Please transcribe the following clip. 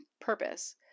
purpose